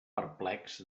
perplex